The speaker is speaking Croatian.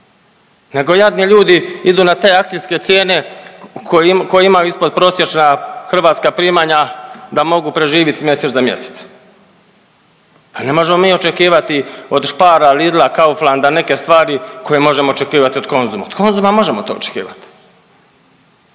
nego jadni ljudi idu na te akcijske cijene koje imaju ispod prosječna hrvatska primanja da mogu preživjeti mjesec za mjesec. Pa ne možemo mi očekivati od Spara, Lidla, Kauflanda neke stvari koje možemo očekivati od Konzuma. Od Konzuma možemo to očekivati.